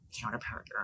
counterpart